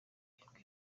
irindwi